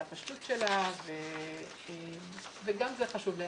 על הפשטות שלה וגם זה חשוב שייאמר.